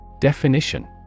Definition